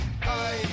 Bye